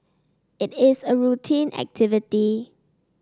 it is a routine activity